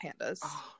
pandas